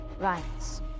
rights